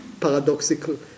paradoxical